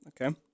Okay